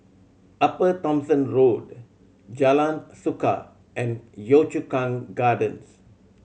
Upper Thomson Road Jalan Suka and Yio Chu Kang Gardens